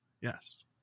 Yes